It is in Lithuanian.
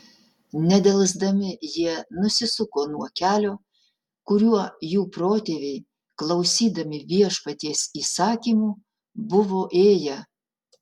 nedelsdami jie nusisuko nuo kelio kuriuo jų protėviai klausydami viešpaties įsakymų buvo ėję